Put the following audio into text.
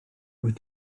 wyt